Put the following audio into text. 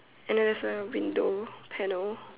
and then there's a window panel